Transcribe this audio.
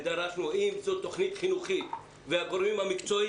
שאם זו תוכנית חינוכית והגורמים המקצועיים